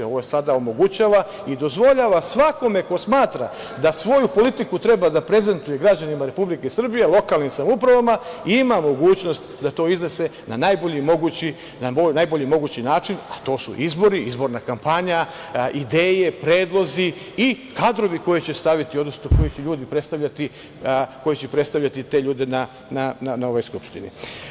Ovo sada omogućava i dozvoljava svakome ko smatra da svoju politiku treba da prezentuje građanima Republike Srbije, lokalnim samoupravama ima mogućnost da to iznese na najbolji mogući način, a to su izbori, izborna kampanja, ideje, predlozi i kadrove koje će staviti, odnosno koje će ljudi predstavljati, koji će predstavljati te ljude na ovoj skupštini.